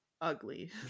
ugly